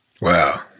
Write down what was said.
Wow